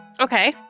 Okay